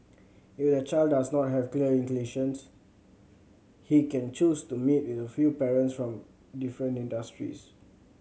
if the child does not have clear inclinations he can choose to meet with a few parents from different industries